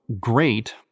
great